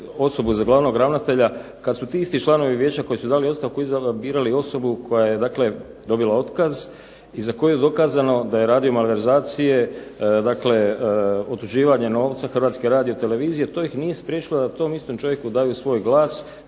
osobu za glavnog ravnatelja, kad su ti isti članovi vijeća koji su dali ostavku birali osobu koja je dakle dobila otkaz i za koju je dokazano da je radio malverzacije, dakle otuđivanje novca Hrvatske radiotelevizije, to ih nije spriječilo da tom istom čovjeku daju svoj glas,